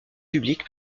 public